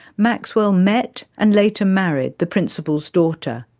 maxwell met and later married the principal's daughter,